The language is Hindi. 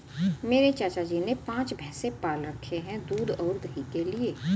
मेरे चाचा जी ने पांच भैंसे पाल रखे हैं दूध और दही के लिए